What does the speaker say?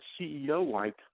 CEO-like